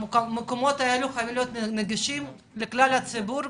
המקומות האלה חייבים להיות נגישים לכלל הציבור,